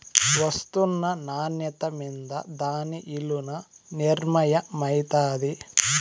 ఒస్తున్న నాన్యత మింద దాని ఇలున నిర్మయమైతాది